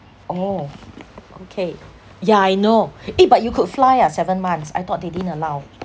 oh okay yeah I know eh but you could fly ah seven months I thought they didn't allow